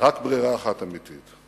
רק ברירה אחת אמיתית: